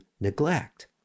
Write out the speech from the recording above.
neglect